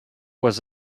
was